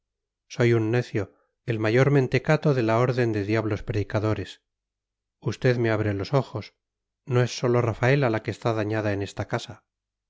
soy un necio el mayor mentecato de la orden de diablos predicadores usted me abre los ojos no es sólo rafaela la que está dañada en esta casa